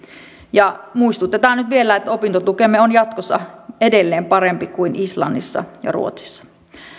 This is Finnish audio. ja muistutetaan nyt vielä että opintotukemme on jatkossa edelleen parempi kuin islannissa ja ruotsissa